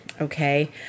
Okay